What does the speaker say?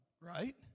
Right